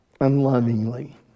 unlovingly